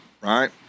right